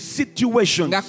situations